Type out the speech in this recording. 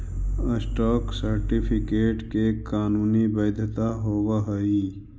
stock certificate के कानूनी वैधता होवऽ हइ